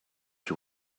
you